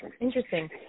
Interesting